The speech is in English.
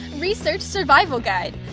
research survival guide.